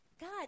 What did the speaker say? God